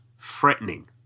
threatening